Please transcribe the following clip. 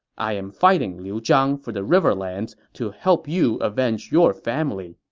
i am fighting liu zhang for the riverlands to help you avenge your family.